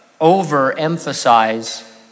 overemphasize